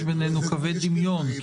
יש בינינו קווי דמיון?